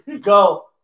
Go